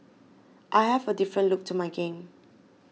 I have a different look to my game